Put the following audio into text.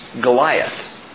Goliath